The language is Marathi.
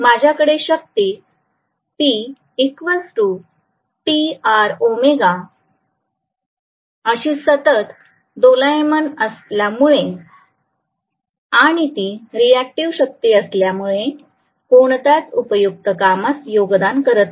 माझ्याकडील शक्ती अशी सतत दोलायमान असल्यामुळे आणि ती रिएक्टिव शक्ती असल्यामुळे कोणत्याच उपयुक्त कामास योगदान करत नाही